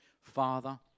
father